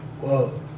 Whoa